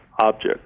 object